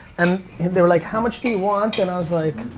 and and they were like, how much do you want? and i was like,